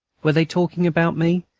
were they talking about me,